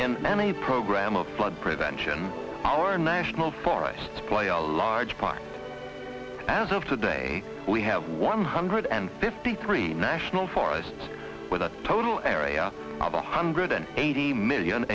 in any program of blood prevention our national forests play a large part as of today we have one hundred and fifty three national forests with a total area of a hundred and eighty million